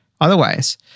otherwise